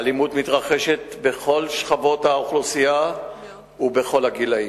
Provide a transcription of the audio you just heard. האלימות מתרחשת בכל שכבות האוכלוסייה ובכל הגילאים.